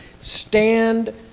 Stand